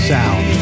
Sound